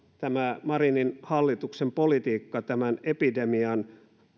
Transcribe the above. tämä marinin hallituksen politiikka tämän epidemian